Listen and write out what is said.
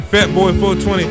Fatboy420